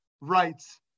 rights